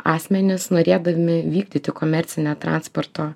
asmenys norėdami vykdyti komercinę transporto